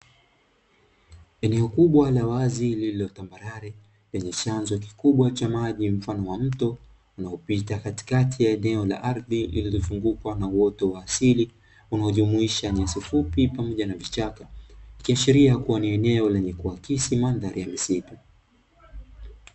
Eneo kubwa la wazi lililo tambarare, lenye chanzo kikubwa cha maji mfano wa mto uliopita katikati ya eneo la ardhi , iliyozungukwa na uoto wa asili unaojumuisha nyasi fupi pamoja na vichaka. Ikiashiria kuwa ni eneo lenye kuakisi mandhari ya misitu.